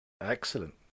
Excellent